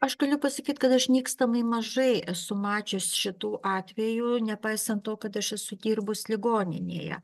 aš galiu pasakyt kad aš nykstamai mažai esu mačius šitų atvejų nepaisant to kad aš esu dirbus ligoninėje